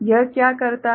यह क्या करता है